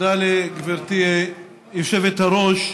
תודה לגברתי היושבת-ראש.